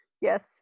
Yes